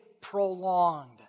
prolonged